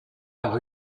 par